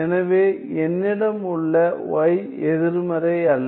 எனவேஎன்னிடம் உள்ள y எதிர்மறை அல்ல